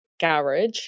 garage